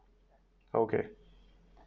okay